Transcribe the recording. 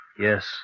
Yes